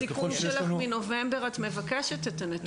תיקון שלך מנובמבר את מבקשת את הנתונים.